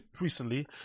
recently